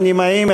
אין נמנעים,